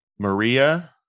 Maria